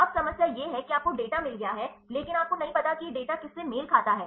अब समस्या यह है कि आपको डेटा मिल गया है लेकिन आपको नहीं पता कि यह डेटा किससे मेल खाता है